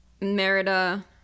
Merida